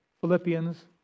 Philippians